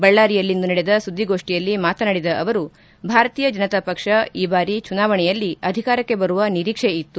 ಬಳ್ಳಾರಿಯಲ್ಲಿಂದು ನಡೆದ ಸುದ್ವಿಗೋಷ್ಠಿಯಲ್ಲಿ ಮಾತನಾಡಿದ ಅವರು ಭಾರತೀಯ ಜನತಾ ಪಕ್ಷ ಈ ಬಾರಿ ಚುನಾವಣೆಯಲ್ಲಿ ಅಧಿಕಾರಕ್ಷೆ ಬರುವ ನಿರೀಕ್ಷೆ ಇತ್ತು